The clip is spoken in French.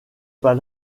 pas